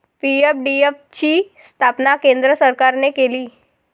PFDF ची स्थापना केंद्र सरकारने केली